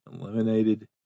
eliminated